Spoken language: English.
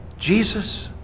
Jesus